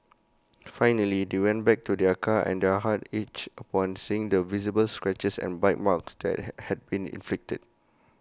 finally they went back to their car and their hearts ached upon seeing the visible scratches and bite marks that had had been inflicted